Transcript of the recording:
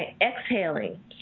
exhaling